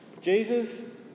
Jesus